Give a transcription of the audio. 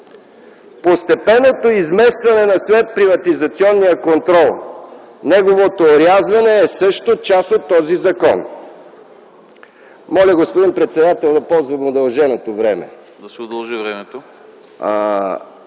Постепенното изместване на следприватизационния контрол, неговото орязване е също част от този закон. Моля, господин председател, да ползвам удълженото време! ПРЕДСЕДАТЕЛ АНАСТАС